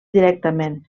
directament